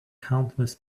countless